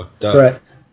Correct